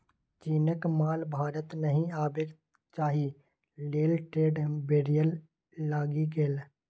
चीनक माल भारत नहि आबय ताहि लेल ट्रेड बैरियर लागि गेल